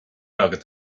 agat